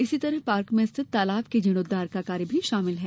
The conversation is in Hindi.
इसी तरह पार्क में स्थित तालाब के जीर्णोद्वार का कार्य भी शामिल है